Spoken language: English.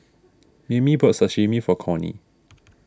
Maymie bought Sashimi for Cornie